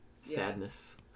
sadness